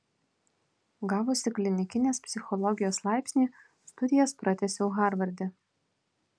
gavusi klinikinės psichologijos laipsnį studijas pratęsiau harvarde